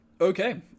Okay